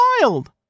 Wild